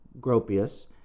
Gropius